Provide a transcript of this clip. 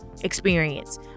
experience